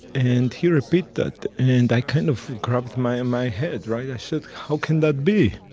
and he repeat that, and i kind of grabbed my and my head, right? i said, how can that be?